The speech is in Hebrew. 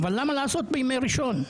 אבל למה לעשות בימי ראשון?